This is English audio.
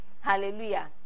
hallelujah